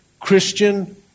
Christian